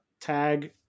tag